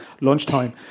lunchtime